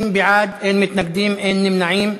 50 בעד, אין מתנגדים, אין נמנעים.